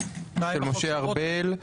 של משה ארבל.